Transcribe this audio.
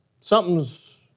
something's